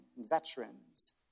veterans